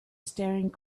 staring